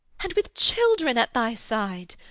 and with children at thy side!